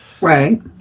Right